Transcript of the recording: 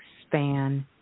expand